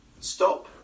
Stop